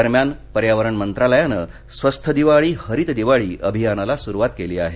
दरम्यान पर्यावरण मंत्रालयानं स्वस्थ दिवाळी हरित दिवाळी अभियानाला सुरवात केली आहे